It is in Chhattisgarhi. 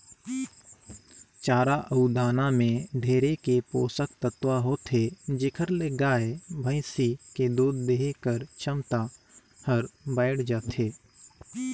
चारा अउ दाना में ढेरे के पोसक तत्व होथे जेखर ले गाय, भइसी के दूद देहे कर छमता हर बायड़ जाथे